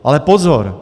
Ale pozor!